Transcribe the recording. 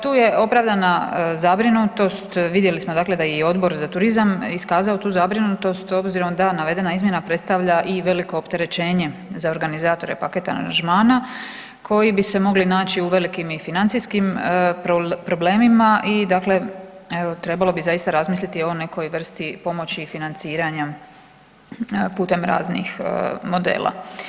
Tu je opravdana zabrinutost, vidjeli smo dakle da je i Odbor za turizam iskazao tu zabrinutost obzirom da navedena izmjena predstavlja i veliko opterećenje za organizatore paket aranžmana koji bi se mogli naći u velikim i financijskim problemima i dakle evo trebalo bi zaista razmisliti o nekoj vrsti pomoći i financiranja putem raznih modela.